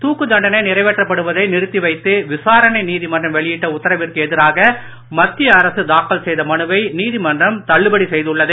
தாக்குதண்டனை நிறைவேற்றப்படுவதை நிறுத்தி வைத்து விசாரணை நீதிமன்றம் வெளியிட்ட உத்தரவிற்கு எதிராக மத்திய அரச தாக்கல் செய்த மனுவை நீதிமன்றம் தள்ளுபடி செய்துள்ளது